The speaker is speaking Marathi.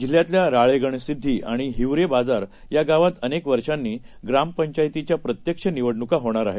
जिल्ह्यातल्या राळेगणसिद्वी आणि हिवरे बाजार या गावात अनेक वर्षांनी ग्रामपंचायतीच्या प्रत्यक्ष निवडणुका होणार आहेत